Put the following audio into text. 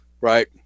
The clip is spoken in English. Right